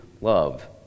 love